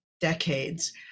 decades